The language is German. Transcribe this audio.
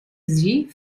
sie